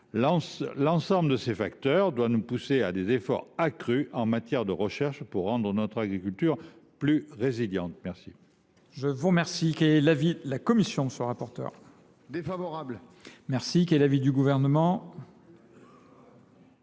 L’ensemble de ces facteurs doit nous pousser à des efforts accrus en matière de recherche pour rendre notre agriculture plus résiliente. Quel